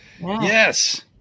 Yes